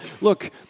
look